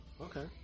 okay